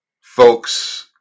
Folks